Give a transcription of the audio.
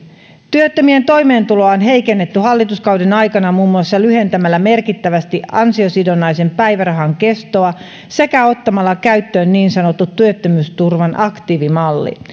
työttömien toimeentuloa on heikennetty hallituskauden aikana muun muassa lyhentämällä merkittävästi ansiosidonnaisen päivärahan kestoa sekä ottamalla käyttöön niin sanottu työttömyysturvan aktiivimalli